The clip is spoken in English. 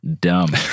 dumb